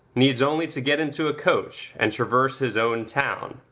needs only to get into a coach and traverse his own town,